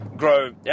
grow